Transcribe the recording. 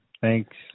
Thanks